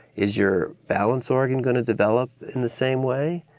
is your balance organ going to develop in the same way,